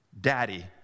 Daddy